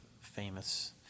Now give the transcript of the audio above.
famous